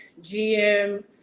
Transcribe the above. GM